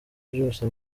byose